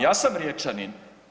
Ja sam Riječanin.